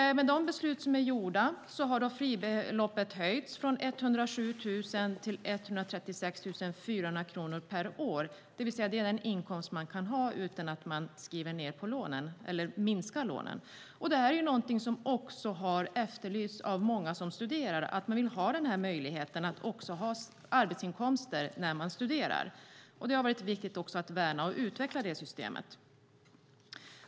Med de beslut som är gjorda har fribeloppet höjts från 107 000 till 136 400 kronor per år, det vill säga det är den inkomst man kan ha utan att lånen minskar. Det är något som har efterlysts av många som studerar. Man vill ha möjligheten att också ha arbetsinkomster när man studerar. Det har varit viktigt att värna och utveckla det systemet.